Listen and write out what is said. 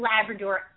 Labrador